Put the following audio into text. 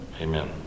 amen